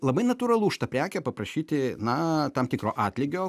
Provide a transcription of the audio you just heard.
labai natūralu už tą prekę paprašyti na tam tikro atlygio